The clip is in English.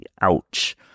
Ouch